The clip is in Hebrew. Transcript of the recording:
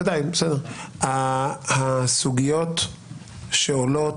שהסוגיות שעולות,